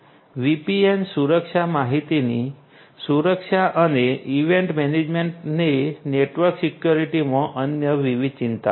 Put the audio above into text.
VPN સુરક્ષા માહિતીની સુરક્ષા અને ઈવેન્ટ મેનેજમેન્ટ એ નેટવર્ક સિક્યોરિટીમાં અન્ય વિવિધ ચિંતાઓ છે